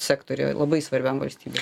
sektoriuje labai svarbiam valstybei